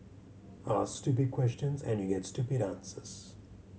ask stupid questions and you get stupid answers